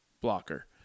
blocker